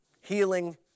healing